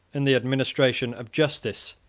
in the administration of justice,